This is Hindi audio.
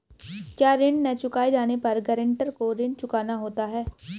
क्या ऋण न चुकाए जाने पर गरेंटर को ऋण चुकाना होता है?